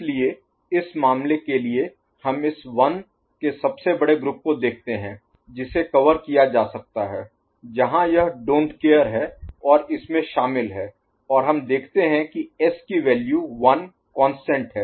इसलिए इस मामले के लिए हम इस 1s के सबसे बड़े ग्रुप को देखते हैं जिसे कवर किया जा सकता है जहां यह डोंट केयर Don't Care है और इसमें शामिल है और हम देखते हैं कि S की वैल्यू 1 कांस्टेंट है